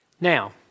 Now